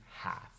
half